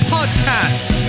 Podcast